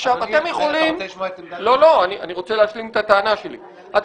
אתה רוצה לשמוע את עמדת היועץ המשפטי?